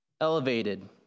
elevated